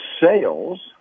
sales